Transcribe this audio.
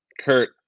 Kurt